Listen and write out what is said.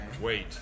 wait